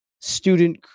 student